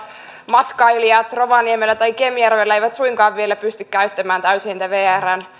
matkailijat rovaniemellä tai kemijärvellä eivät suinkaan vielä pysty käyttämään täysin niitä vrn